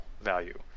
value